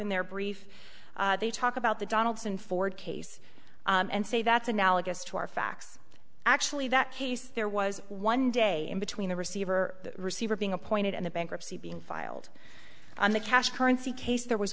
in their brief they talk about the donaldson ford case and say that's analogous to our facts actually that case there was one day in between the receiver the receiver being appointed and the bankruptcy being filed on the cash currency case there was